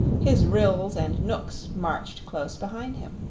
his ryls and knooks marched close behind him.